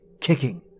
kicking